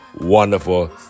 wonderful